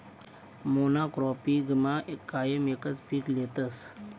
मोनॉक्रोपिगमा कायम एकच पीक लेतस